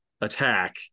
attack